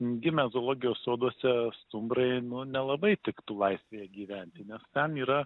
gimė zoologijos soduose stumbrai nu nelabai tiktų laisvėje gyventi nes ten yra